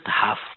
half